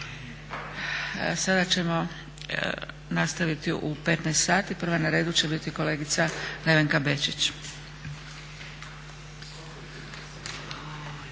Sada ćemo nastaviti u 15,00 sati. Prva na redu će biti kolegica Nevenka Bečić.